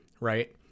right